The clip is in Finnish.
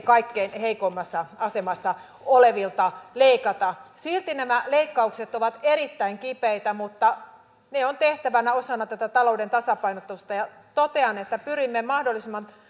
kaikkein heikoimmassa asemassa olevilta leikata silti nämä leikkaukset ovat erittäin kipeitä mutta ne on tehtävä osana tätä talouden tasapainotusta totean että pyrimme mahdollisimman